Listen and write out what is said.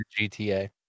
GTA